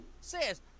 says